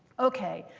ok,